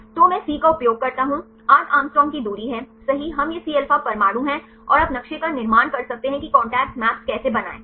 तो मैं C का उपयोग करता हूं 8 Å की दूरी है सही हम ये Cα परमाणु हैं और आप नक्शे का निर्माण कर सकते हैं कि कांटेक्ट मैप्स कैसे बनाएं